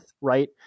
right